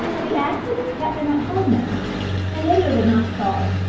the accident kept them at home that night, and lydia was not sorry.